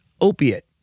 opiate